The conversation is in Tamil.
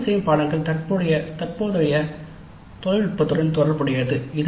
தேர்ந்தெடுக்கப்பட்ட பாடநெறி தற்போதைய தொழில்நுட்பத்துடன் தொடர்புடையது